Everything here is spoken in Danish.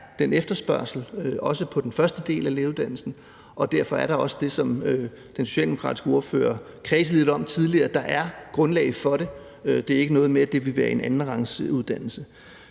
den efterspørgsel også på den første del af lægeuddannelsen, og derfor er der også, som den socialdemokratiske ordfører kredsede lidt om tidligere, grundlag for det. Det er ikke noget med, at det ville være en andenrangsuddannelse.